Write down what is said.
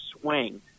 swing